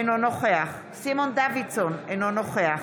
אינו נוכח סימון דוידסון, אינו נוכח